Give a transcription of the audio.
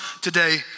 today